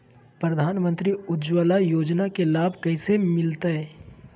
प्रधानमंत्री उज्वला योजना के लाभ कैसे मैलतैय?